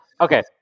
Okay